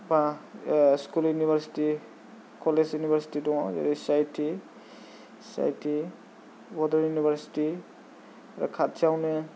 बा school university college university दङ' C I T Bodoland university खाथियावनो